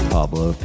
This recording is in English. Pablo